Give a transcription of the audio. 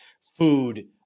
food